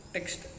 Text